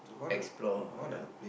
explore ya